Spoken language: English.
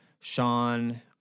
Sean